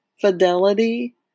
fidelity